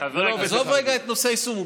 עזוב רגע את נושא היישום.